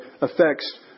affects